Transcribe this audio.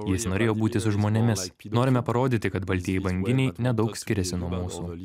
jis norėjo būti su žmonėmis norime parodyti kad baltieji banginiai nedaug skiriasi nuo mūsų